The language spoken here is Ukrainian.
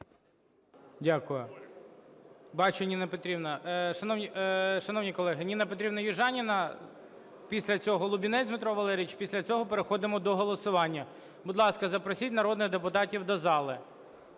Дякую. Бачу, Ніна Петрівна. Шановні колеги, Ніна Петрівна Южаніна, після цього Лубінець Дмитро Валерійович, після цього переходимо до голосування. Будь ласка, запросіть народних депутатів до зали.